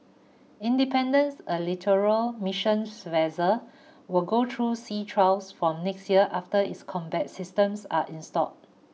independence a littoral missions vessel will go through sea trials from next year after its combat systems are installed